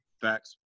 Facts